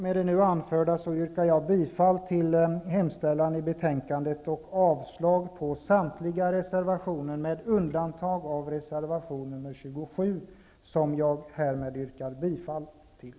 Med det anförda yrkar jag bifall till utskottets hemställan i betänkandet och avslag på samtliga reservationer med undantag av reservation nr 27, som jag härmed yrkar bifall till.